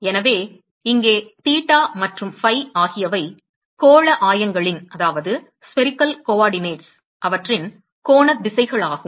எனவே இங்கே தீட்டா மற்றும் ஃபை ஆகியவை கோள ஆயங்களின் கோணத் திசைகளாகும்